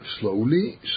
slowly